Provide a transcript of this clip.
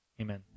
Amen